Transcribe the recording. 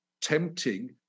tempting